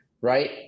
right